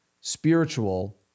spiritual